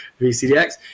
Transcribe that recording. VCDX